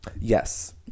Yes